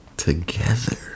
Together